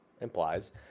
implies